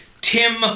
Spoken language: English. Tim